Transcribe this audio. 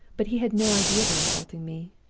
but he had no idea of insulting me,